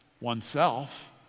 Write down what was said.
oneself